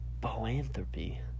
boanthropy